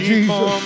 Jesus